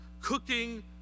cooking